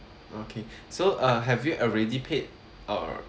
okay so uh have you already paid uh